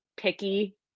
picky